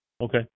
Okay